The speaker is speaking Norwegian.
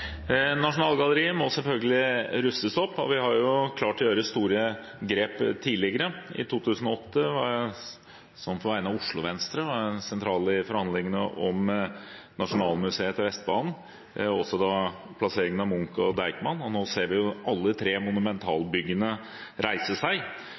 Nasjonalgalleriet må selvfølgelig rustes opp, og vi har klart å gjøre store grep tidligere. I 2008 var jeg, på vegne av Oslo Venstre, sentral i forhandlingene om Nasjonalmuseet til Vestbanen og også plasseringen av Munchmuseet og Deichmanske bibliotek. Nå ser vi alle tre